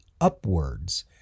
upwards